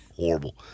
horrible